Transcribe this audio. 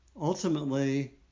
ultimately